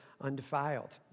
undefiled